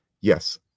yes